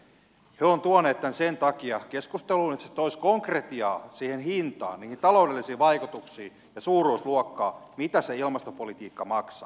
he ovat tuoneet tämän sen takia keskusteluun että se toisi konkretiaa siihen hintaan niihin taloudellisiin vaikutuksiin ja siihen suuruusluokkaan mitä se ilmastopolitiikka maksaa